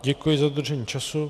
Děkuji za dodržení času.